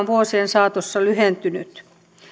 vuosien saatossa lyhentynyt